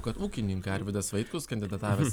kad ūkininkai arvydas vaitkus kandidatavęs